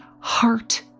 heart